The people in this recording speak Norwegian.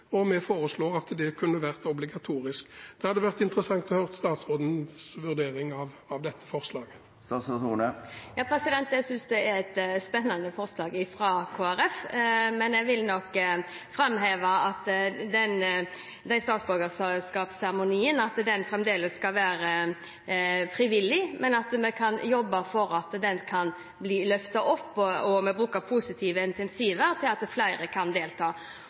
Vi foreslår at det gjøres obligatorisk. Det hadde vært interessant å høre statsrådens vurdering av dette forslaget. Jeg synes forslaget fra Kristelig Folkeparti er et spennende forslag. Jeg vil nok framheve at statsborgerskapsseremonien fremdeles skal være frivillig, men at vi kan jobbe for at den kan bli løftet opp gjennom bruk av positive incentiver, slik at flere kan delta.